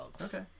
Okay